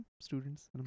students